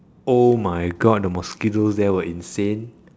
oh my god the mosquitoes there were insane